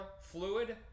fluid